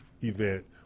event